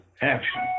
action